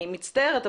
אני מצטערת,